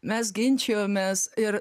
mes ginčijomės ir